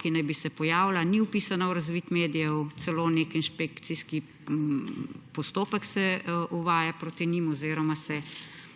ki naj bi se pojavila – ni vpisana v razvid medijev, celo nek inšpekcijski postopek se uvaja proti njim oziroma se preiskuje.